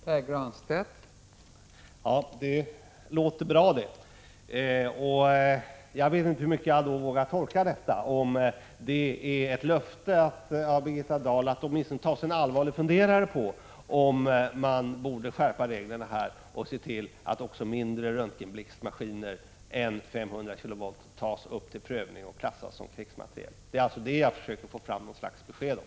Fru talman! Det låter ju bra. Men jag vet inte hur mycket jag vågar tolka in i det uttalandet — om det är ett löfte av Birgitta Dahl att åtminstone ta sig en allvarlig funderare på om man borde skärpa reglerna och se till att också mindre röntgenblixtmaskiner än på 500 kilovolt tas upp till prövning och klassas som krigsmateriel. Det är vad jag försöker få fram något slags besked om.